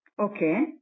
Okay